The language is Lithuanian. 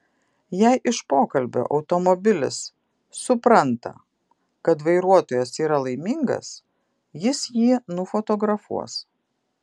jei iš pokalbio automobilis supranta kad vairuotojas yra laimingas jis jį nufotografuos